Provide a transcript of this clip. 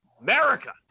America